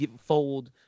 fold